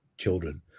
Children